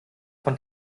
von